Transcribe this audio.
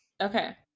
Okay